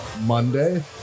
Monday